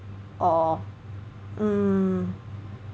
or mm